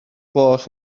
gloch